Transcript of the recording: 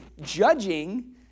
judging